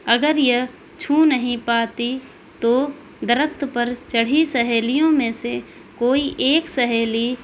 اگر یہ چھو نہیں پاتی تو درخت پر چڑھی سیہلیوں میں سے کوئی ایک سہیلی